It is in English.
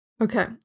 Okay